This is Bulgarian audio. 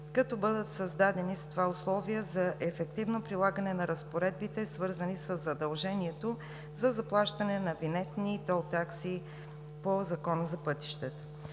като бъдат създадени с това условия за ефективно прилагане на разпоредбите, свързани със задължението за заплащане на винетни и тол такси по Закона за пътищата.